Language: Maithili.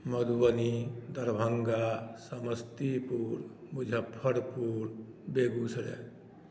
मधुबनी दरभङ्गा समस्तीपुर मुजफ्फरपुर बेगुसराय